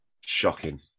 Shocking